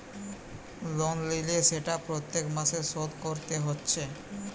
loan লিলে সেটা প্রত্যেক মাসে শোধ কোরতে হচ্ছে